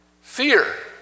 fear